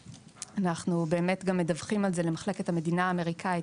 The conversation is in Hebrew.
אנחנו גם באמת מדווחים על זה למחלקת המדינה האמריקאית,